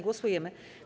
Głosujemy.